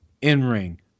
in-ring